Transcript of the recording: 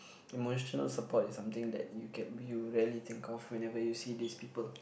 emotional support is something that you can view rarely think of whenever you see this people